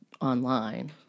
online